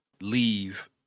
leave